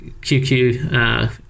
QQ